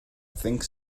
think